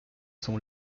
sont